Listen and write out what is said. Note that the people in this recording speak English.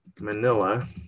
Manila